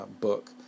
book